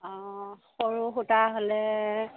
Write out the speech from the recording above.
অ সৰু সূতা হ'লে